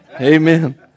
Amen